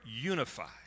unified